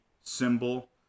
symbol